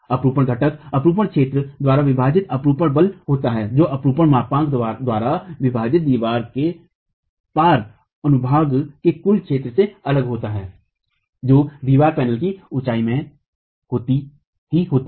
अपरूपण घटक अपरूपण क्षेत्र द्वारा विभाजित अपरूपण बल होता है जो अपरूपण मापांक द्वारा विभाजित दीवार के पार अनुभाग के कुल क्षेत्र से अलग होता है जो दीवार पैनल की ऊंचाई में ही होता है